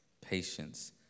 patience